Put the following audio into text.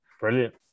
Brilliant